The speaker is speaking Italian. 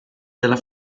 della